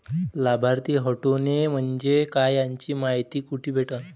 लाभार्थी हटोने म्हंजे काय याची मायती कुठी भेटन?